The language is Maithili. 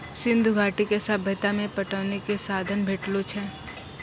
सिंधु घाटी के सभ्यता मे पटौनी के साधन भेटलो छै